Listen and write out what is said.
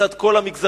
מצד כל המגזרים,